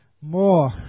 more